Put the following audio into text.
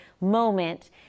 moment